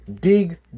dig